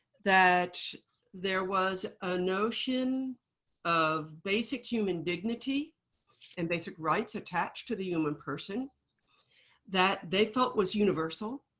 that there was a notion of basic human dignity and basic rights attached to the human person that they thought was universal,